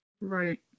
Right